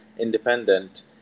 independent